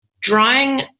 drawing